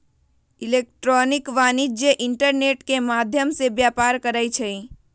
electronic वाणिज्य internet के माध्यम से व्यापार करइ छै